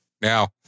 Now